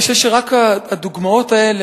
אני חושב שרק הדוגמאות האלה,